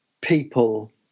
people